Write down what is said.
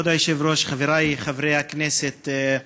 כבוד היושב-ראש, חברי חברי הכנסת,